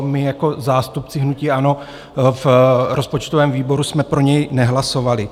My jako zástupci hnutí ANO v rozpočtovém výboru jsme pro něj nehlasovali.